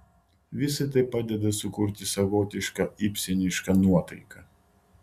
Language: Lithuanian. visa tai padeda sukurti savotišką ibsenišką nuotaiką